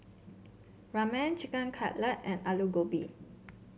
Ramen Chicken Cutlet and Alu Gobi